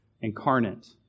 incarnate